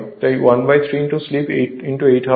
তাই 13 স্লিপ 8 হবে